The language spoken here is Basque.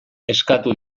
eskatu